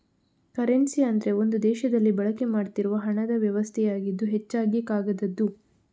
currency ಅಂದ್ರೆ ಒಂದು ದೇಶದಲ್ಲಿ ಬಳಕೆ ಮಾಡ್ತಿರುವ ಹಣದ ವ್ಯವಸ್ಥೆಯಾಗಿದ್ದು ಹೆಚ್ಚಾಗಿ ಕಾಗದದ್ದು